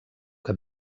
que